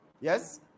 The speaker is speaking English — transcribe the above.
Yes